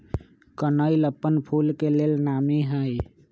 कनइल अप्पन फूल के लेल नामी हइ